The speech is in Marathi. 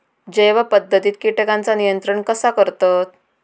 जैव पध्दतीत किटकांचा नियंत्रण कसा करतत?